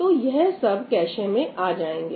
तो यह सब कैशे में आ जाएंगे